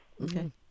Okay